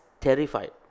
terrified